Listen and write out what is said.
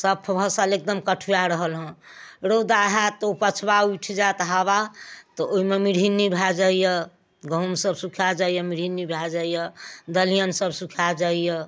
सभ फसल एकदम कठुए रहलहँ रौदा हैत तऽ ओ पछबा उठि जायत हावा तऽ ओहिमे मिरहिन्नी भऽ जाइ यऽ गहूॅंम सभ सुखा जाइया मिरहिन्नी भऽ जाइया दलिहन सभ सुखा जाइया